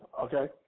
Okay